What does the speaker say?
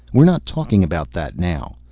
we're not talking about that now.